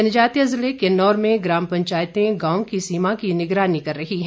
जनजातीय जिले किन्नौर में ग्राम पंचायतें गांव की सीमा की निगरानी कर रही हैं